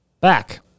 Back